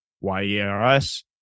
Y-E-R-S